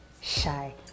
shy